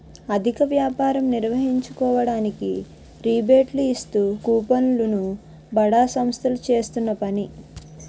అధిక వ్యాపారం నిర్వహించుకోవడానికి రిబేట్లు ఇస్తూ కూపన్లు ను బడా సంస్థలు చేస్తున్న పని